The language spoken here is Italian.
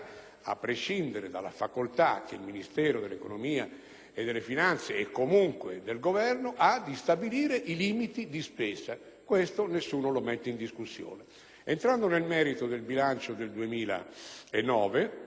a prescindere dalla facoltà che il Ministero dell'economia e delle finanze (e comunque il Governo) ha di stabilire i limiti di spesa: questo nessuno lo mette in discussione. Entrando nel merito del bilancio per il 2009,